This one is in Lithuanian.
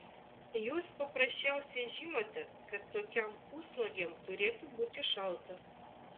jūs paprasčiausiai žinote kad tokiam pusnuogiam turėtų būti šalta